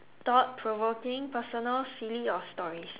thought provoking personal silly or stories